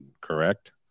correct